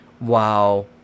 Wow